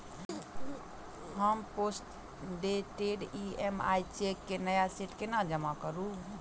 हम postdated EMI cheque केँ नया सेट केना जमा करू?